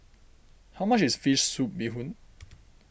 how much is Fish Soup Bee Hoon